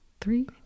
Three